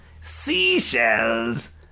seashells